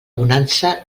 bonança